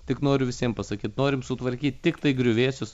tik noriu visiem pasakyt norim sutvarkyt tiktai griuvėsius